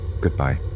goodbye